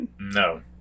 No